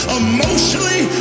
emotionally